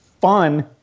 fun